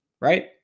Right